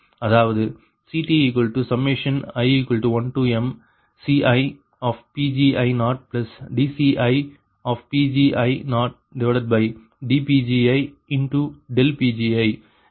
அதாவது CTi1mCiPgi0dCiPgi0dPgiPgi இது சமன்பாடு 15 ஆகும்